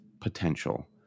potential